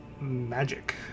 magic